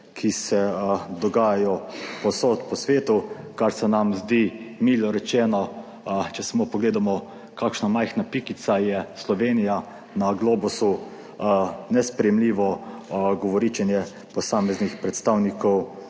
ki se dogajajo povsod po svetu, kar se nam zdi, milo rečeno, če samo pogledamo, kakšna majhna pikica je Slovenija na globusu, nesprejemljivo govoričenje posameznih predstavnikov